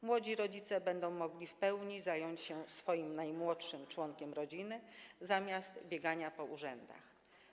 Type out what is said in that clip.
Młodzi rodzice będą mogli w pełni zająć się swoim najmłodszym członkiem rodziny zamiast biegania po urzędach.